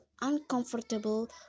uncomfortable